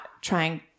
trying